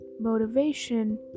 motivation